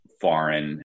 foreign